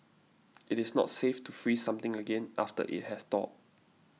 it is not safe to freeze something again after it has thawed